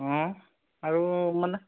অঁ আৰু মানে